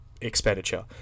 expenditure